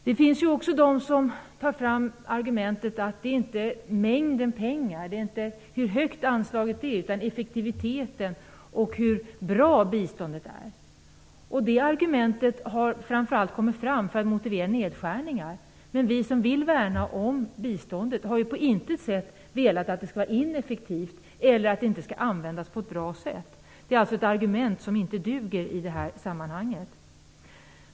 Det finns också de som tar fram argumentet att det inte handlar om mängden pengar, hur högt anslaget är, utan effektiviteten, hur bra det är. Det argumentet har framför allt kommit fram för att motivera nedskärningar. Men vi som vill värna om biståndet har ju på intet sätt velat att det skall vara ineffektivt eller att det inte skall användas på ett bra sätt. Det är alltså ett argument som inte duger i det här sammanhanget.